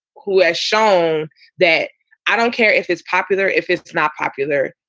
who has shown that i don't care if it's popular, if it's not popular.